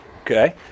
Okay